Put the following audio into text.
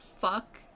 Fuck